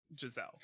Giselle